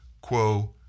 quo